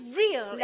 real